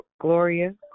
Gloria